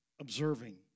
observing